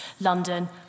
London